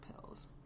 pills